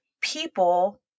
people